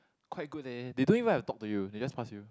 quite good they they don't even have talked to you they just pass you